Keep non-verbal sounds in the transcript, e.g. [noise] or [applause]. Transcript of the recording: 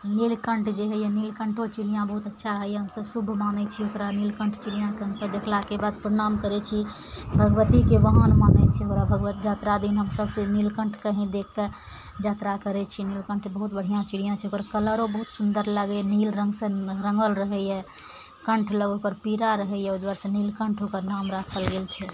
नीलकण्ठ जे होइए नीलकण्ठो चिड़ियाँ बहुत अच्छा होइए हमरा सभ शुभ मानय छियै ओकरा नीलकण्ठ चिड़ियाँके हमसभ देखलाके बाद प्रणाम करय छी भगवतीके वाहन मानय छी [unintelligible] जात्रा दिन हमसभ नीलकण्ठके ही देखके यात्रा करय छी नीलकण्ठ बहुत बढ़िआँ चिड़ियाँ छै ओकर कलरो बहुत सुन्दर लगइए नील रङ्गसँ रङ्गल रहइए कण्ठ लग ओकर पीरा रहइए ओइ दुआरेसँ नीलकण्ठ ओकर नाम राखल गेल छै